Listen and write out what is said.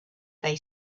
they